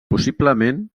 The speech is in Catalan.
possiblement